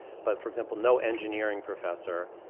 but, for example, no engineering professor,